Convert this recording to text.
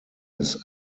his